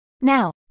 Now